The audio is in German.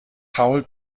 paul